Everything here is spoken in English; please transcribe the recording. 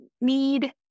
need